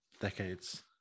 decades